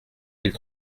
mille